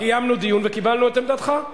קיימנו דיון וקיבלנו את עמדתך.